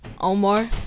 Omar